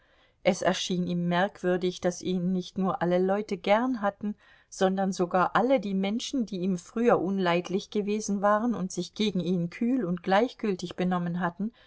es erschien ihm merkwürdig daß ihn nicht nur alle leute gern hatten sondern sogar alle die menschen die ihm früher unleidlich gewesen waren und sich gegen ihn kühl und gleichgültig benommen hatten